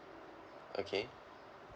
okay